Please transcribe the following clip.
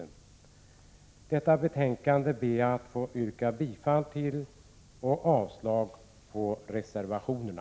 Jag ber att få yrka bifall till hemställan i detta betänkande och avslag på reservationerna.